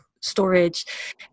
storage